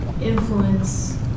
influence